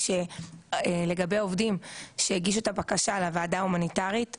הבקשה לוועדה ההומניטרית והיא נדחתה או